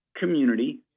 community